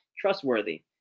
trustworthy